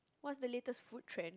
what's the latest food trend